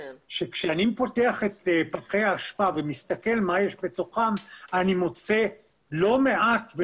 שכאשר אני פותח את פחי האשפה ומסתכל מה יש בתוכם אני מוצא לא מעט מהם,